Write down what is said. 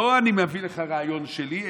לא אני מביא לך רעיון שלי,